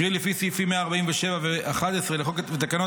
קרי לפי סעיפים 147 ו-11 לחוק ותקנות